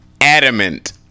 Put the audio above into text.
adamant